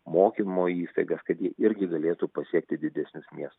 mokymo įstaigas kad jie irgi galėtų pasiekti didesnius miestus